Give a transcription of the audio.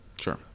sure